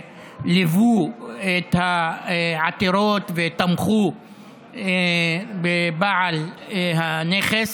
שליוו את העתירות ותמכו בבעל הנכס.